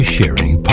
Sharing